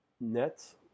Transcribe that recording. net